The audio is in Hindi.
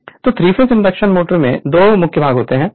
Refer Slide Time 1658 तो 3 फेस इंडक्शन मोटर में 2 मुख्य भाग होते हैं